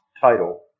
title